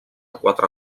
quatre